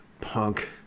punk